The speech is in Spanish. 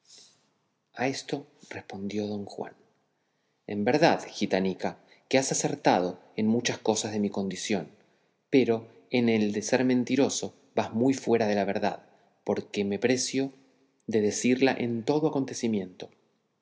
a esto respondió don juan en verdad gitanica que has acertado en muchas cosas de mi condición pero en lo de ser mentiroso vas muy fuera de la verdad porque me precio de decirla en todo acontecimiento